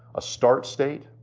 a start state,